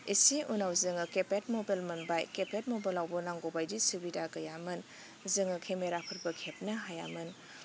एसे उनाव जोङो किपेद मबाइल मोनबाय किपेद मबेलावबो नांगौ बायदि सुबिदा गैयामोन जोङो केमेराफोरबो खेबनो हायामोन